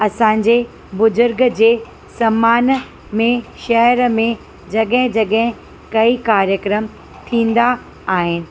असांजे बुज़ुर्ग जे समान में शहर में जॻह जॻह कई कार्यक्रम थींदा आहिनि